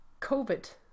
COVID